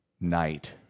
night